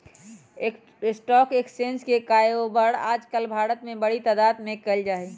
stock exchange के काएओवार आजकल भारत में बडी तादात में कइल जा हई